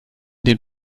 den